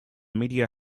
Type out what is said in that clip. media